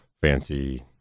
fancy—